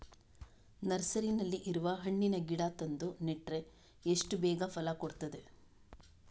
ನರ್ಸರಿನಲ್ಲಿ ಇರುವ ಹಣ್ಣಿನ ಗಿಡ ತಂದು ನೆಟ್ರೆ ಎಷ್ಟು ಬೇಗ ಫಲ ಕೊಡ್ತದೆ